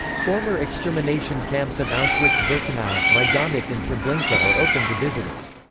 former extermination camps of auschwitz-birkenau, majdanek and treblinka are open to visitors.